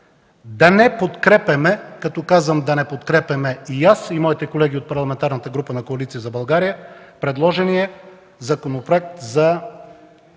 да не подкрепяме – като казвам „да не подкрепяме” – и аз, и моите колеги от Парламентарната група на Коалиция за България, предложения Законопроект за